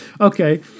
Okay